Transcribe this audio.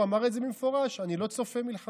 הוא אמר את זה במפורש: אני לא צופה מלחמה.